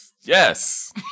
yes